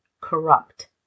corrupt